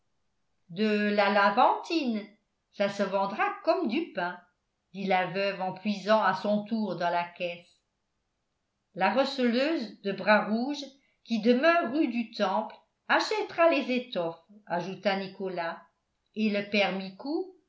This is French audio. de la levantine ça se vendra comme du pain dit la veuve en puisant à son tour dans la caisse la receleuse de bras rouge qui demeure rue du temple achètera les étoffes ajouta nicolas et le père micou